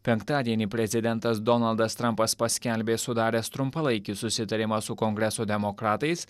penktadienį prezidentas donaldas trampas paskelbė sudaręs trumpalaikį susitarimą su kongreso demokratais